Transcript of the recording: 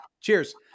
cheers